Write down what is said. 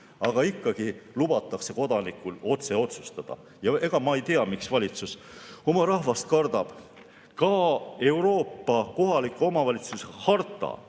Aga ikkagi lubatakse kodanikul otse otsustada. Ega ma ei tea, miks valitsus oma rahvast kardab. Ka Euroopa kohaliku omavalitsuse harta